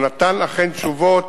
והוא נתן אכן תשובות,